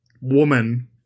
woman